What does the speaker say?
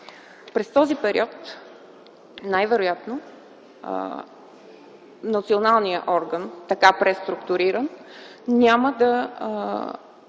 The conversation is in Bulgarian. През този период най-вероятно националният орган, така преструктуриран, няма да